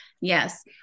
Yes